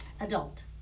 Adult